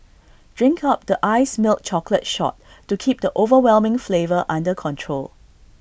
drink up the iced milk chocolate shot to keep the overwhelming flavour under control